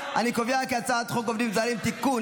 את הצעת חוק עובדים זרים (תיקון,